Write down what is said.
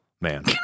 man